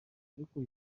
ariko